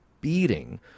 beating